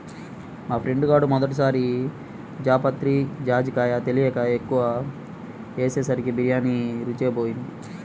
మా ఫ్రెండు గాడు మొదటి సారి జాపత్రి, జాజికాయ తెలియక ఎక్కువ ఏసేసరికి బిర్యానీ రుచే బోయింది